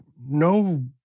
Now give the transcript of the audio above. no